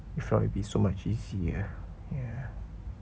if not will be so much easier ya